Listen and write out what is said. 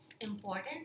important